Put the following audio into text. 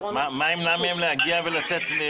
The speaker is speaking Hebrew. מה ימנע מהם להגיע ולצאת?